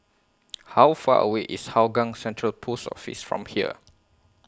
How Far away IS Hougang Central Post Office from here